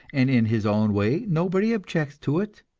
and in his own way, nobody objects to it.